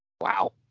Wow